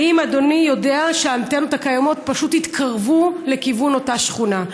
האם אדוני יודע שהאנטנות הקיימות פשוט התקרבו לאותה שכונה?